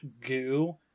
goo